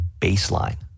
baseline